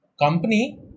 company